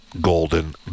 Golden